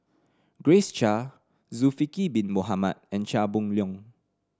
Grace Chia Zulkifli Bin Mohamed and Chia Boon Leong